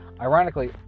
ironically